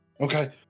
Okay